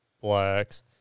blacks